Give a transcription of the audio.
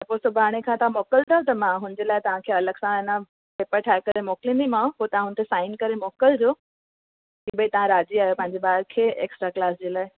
त पोइ सुभाणे खां तव्हां मोकिलींदा त मां हुनजे लाइ तव्हांखे अलॻि सां आहे न पेपर ठाहे करे मोकिलींदीमांव पोइ तव्हां हुनते साइन करे मोकिलिजो की भई तव्हां राज़ी आहियो पंहिंजे ॿार खे एक्स्ट्रा क्लास जे लाइ